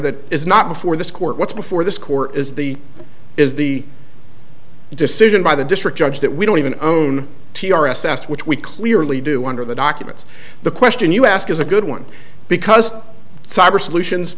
that is not before this court what's before this court is the is the decision by the district judge that we don't even own t r s asked which we clearly do under the documents the question you ask is a good one because cyber solutions